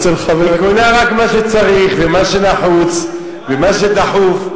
היא קונה רק מה שצריך ומה שנחוץ ומה שדחוף.